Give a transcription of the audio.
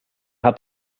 hat